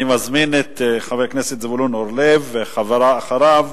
אני מזמין את חבר הכנסת זבולון אורלב, ואחריו,